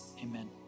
amen